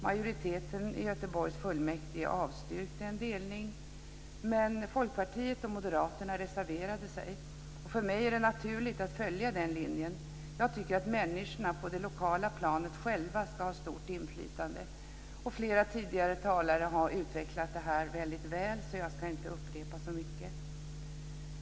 Majoriteten i Göteborgs fullmäktige avstyrkte en delning, men Folkpartiet och Moderaterna reserverade sig. För mig är det naturligt att följa den linjen. Jag tycker att människorna på det lokala planet själva ska ha stort inflytande. Flera tidigare talare har utvecklat detta väldigt väl, så jag ska inte upprepa det.